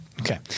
Okay